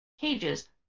cages